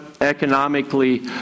economically